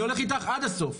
אני הולך איתך עד הסוף.